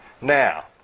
Now